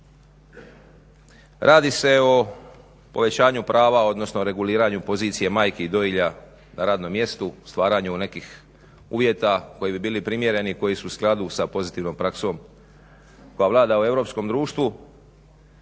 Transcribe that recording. Radi se o povećanju prava, odnosno reguliranju pozicije majki dojilja na radnom mjestu, stvaranju nekih uvjeta koji bi bili primjereni i koji su u skladu sa pozitivnom praksom koja vlada u europskom društvu.